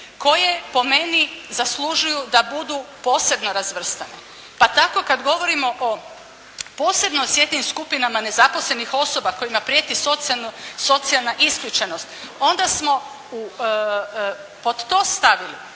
koje po meni zaslužuju da budu posebno razvrstane, pa tako kad govorimo o posebno osjetljivim skupinama nezaposlenih osoba kojima prijeti socijalna isključenost onda smo pod to stavili